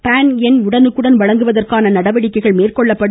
பான் எண் உடனுக்குடன் வழங்குவதற்கான நடவடிக்கைகள் மேற்கொள்ளப்படும்